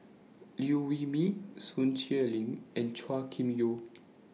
Liew Wee Mee Sun Xueling and Chua Kim Yeow